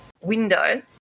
window